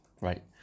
right